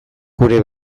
gure